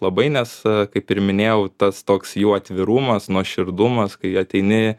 labai nes kaip ir minėjau tas toks jų atvirumas nuoširdumas kai ateini